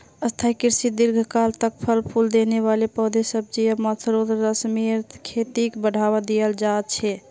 स्थाई कृषित दीर्घकाल तक फल फूल देने वाला पौधे, सब्जियां, मशरूम, रेशमेर खेतीक बढ़ावा दियाल जा छे